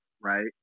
right